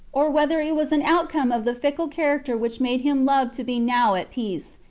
or whether it was an outcome of the fickle character which made him love to be now at peace,